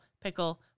pickle